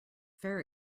fair